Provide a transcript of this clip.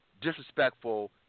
disrespectful